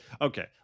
okay